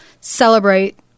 celebrate